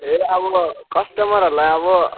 ए अब कस्टमरहरूलाई अब